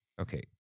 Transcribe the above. Okay